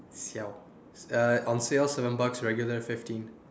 siao uh on sale seven bucks regular fifteen